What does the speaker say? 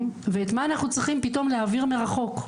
ואת מה אנחנו צריכים פתאום להעביר מרחוק.